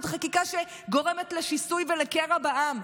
זו חקיקה שגורמת לשיסוי ולקרע בעם.